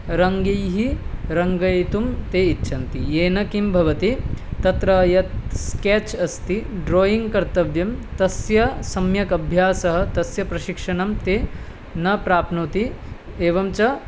रङ्गैः रङ्गयितुं ते इच्छन्ति येन किं भवति तत्र यत् स्केच् अस्ति ड्रायिङ्ग् कर्तव्यं तस्य सम्यक् अभ्यासं तस्य प्रशिक्षणं ते न प्राप्नोति एवं च